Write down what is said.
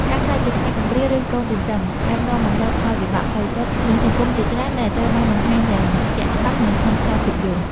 ការក្លាយជាក្មេងកំព្រា ឬកូនចិញ្ចឹម អាចនាំមកនូវផលវិបាកផ្លូវចិត្ត និងសង្គមជាច្រើនដែលត្រូវបានបង្ហាញយ៉ាងជាក់ច្បាស់នៅក្នុងខ្សែភាពយន្ត។